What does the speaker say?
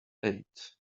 eight